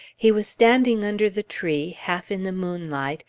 he was standing under the tree, half in the moonlight,